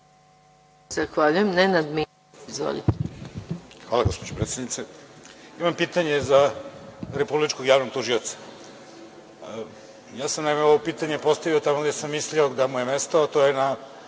Izvolite. **Nenad Milić** Hvala, gospođo predsednice. Imam pitanje za Republičkog javnog tužioca. Ja sam, naime, ovo pitanje postavio tamo gde sam mislio da mu je mesto, a to je na